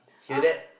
hear that